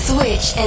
Switch